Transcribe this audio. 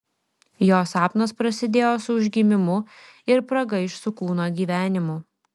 jo sapnas prasidėjo su užgimimu ir pragaiš su kūno gyvenimu